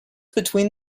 between